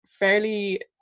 fairly